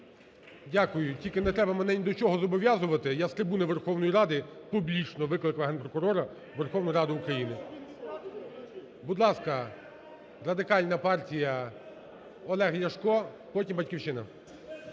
Дякую. Тільки не треба мене ні до чого зобов'язувати, я з трибуни Верховної Ради публічно викликав Генпрокурора у Верховну Раду України. Будь ласка, Радикальна партія, Олег Ляшко, потім "Батьківщина",